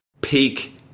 peak